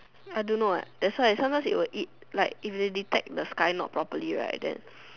I don't eh that's why sometimes it will eat like if it detect the sky not properly right then